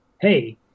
hey